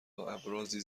ابرازی